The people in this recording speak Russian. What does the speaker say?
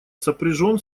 сопряжен